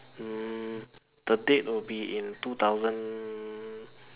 mm the date will be in two thousand